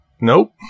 Nope